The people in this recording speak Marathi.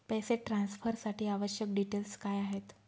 पैसे ट्रान्सफरसाठी आवश्यक डिटेल्स काय आहेत?